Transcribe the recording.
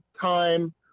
time